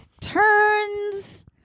turns